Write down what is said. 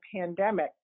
pandemic